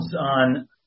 on